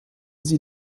sie